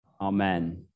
Amen